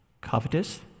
covetous